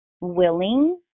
willing